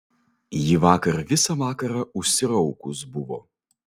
ji vakar visą vakarą užsiraukus buvo